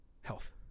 health